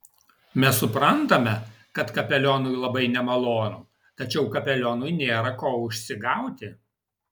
mes suprantame kad kapelionui labai nemalonu tačiau kapelionui nėra ko užsigauti